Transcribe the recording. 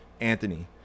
Anthony